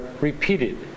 repeated